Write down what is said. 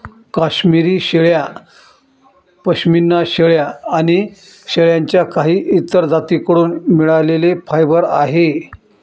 काश्मिरी शेळ्या, पश्मीना शेळ्या आणि शेळ्यांच्या काही इतर जाती कडून मिळालेले फायबर आहे